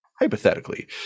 hypothetically